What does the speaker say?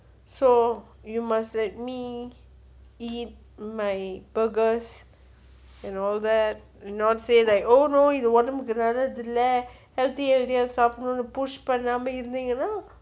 so you must let me eat my burgers and all that not say like oh no இது ஒடம்புக்கு நல்லது இல்ல:ithu odambukku nallathu illa healthy health uh ah சாப்பனும் னு:saapanum nu push பண்ணாம இருந்திங்கனா:pannama irunthingina